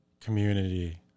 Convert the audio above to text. community